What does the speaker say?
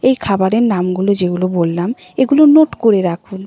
এই খাবারের নামগুলো যেগুলো বললাম এগুলো নোট করে রাখুন